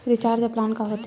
Recharge plan का होथे?